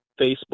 Facebook